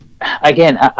again